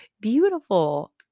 beautiful